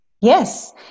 Yes